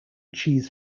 cheese